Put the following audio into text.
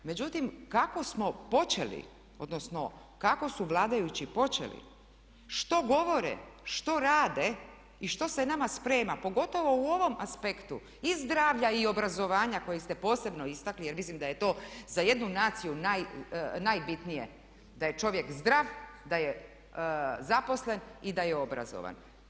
Međutim, kako smo počeli odnosno kako su vladajući počeli, što govore, što rade i što se nama sprema pogotovo u ovom aspektu i zdravlja i obrazovanja koje ste posebno istaknuli jer mislim da je to za jednu naciju najbitnije da je čovjek zdrav, da je zaposlen i da je obrazovan.